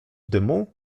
dymu